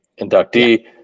inductee